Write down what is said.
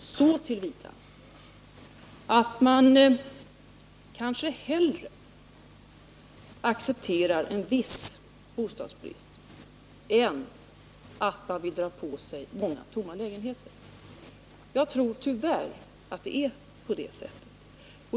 Det gäller så till vida att man kanske hellre accepterar en viss bostadsbrist än att man bygger på sig många tomma lägenheter.